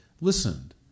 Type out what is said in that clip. listened